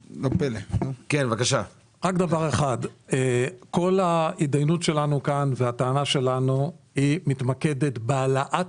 כל ההתדיינות שלנו והטענה שלנו מתמקדת בהעלאת